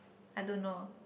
I don't know